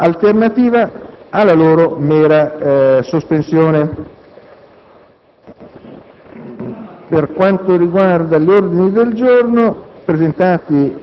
Prima di passare alla votazione della mozione n. 114 della senatrice Finocchiaro